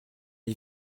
les